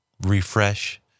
refresh